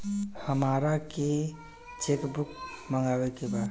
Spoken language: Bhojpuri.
हमारा के चेक बुक मगावे के बा?